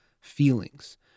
feelings